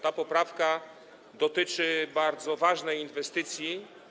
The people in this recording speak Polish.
Ta poprawka dotyczy bardzo ważnej inwestycji.